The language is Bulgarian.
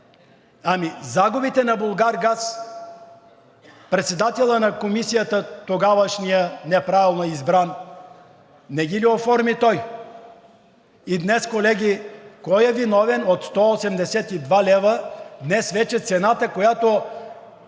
Ами загубите на „Булгаргаз“? Председателят на Комисията, тогавашният, неправилно избран, не ги ли оформи той? И днес, колеги, кой е виновен – от 182 лв. днес вече цената, която